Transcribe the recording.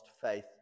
faith